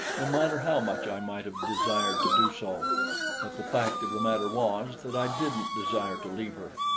no matter how much i might have desired to do so but the fact of the matter was that i didn't desire to leave her.